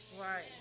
Right